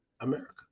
America